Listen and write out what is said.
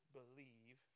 believe